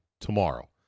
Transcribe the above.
tomorrow